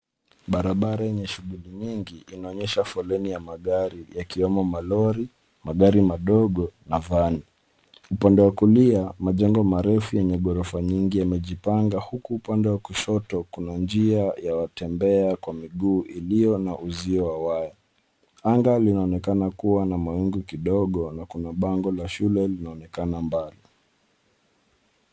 Barabara yenye shughuli nyingi inaonyesha foleni ya magari yenye kujumuisha malori, magari madogo, na vani. Upande wa kulia, majengo marefu ya ghorofa nyingi yamejipanga, huku upande wa kushoto kuna njia ya watembea kwa miguu iliyo na uzio wa waya. Anga linaonekana kuwa na mawingu kidogo, na kuna bango la shule linaloonekana mbele.